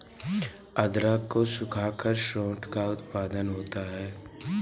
अदरक को सुखाकर सोंठ का उत्पादन होता है